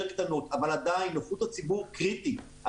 קטנות אבל עדיין נוחות הציבור קריטית,